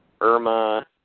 Irma